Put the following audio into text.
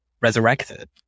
resurrected